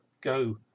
Go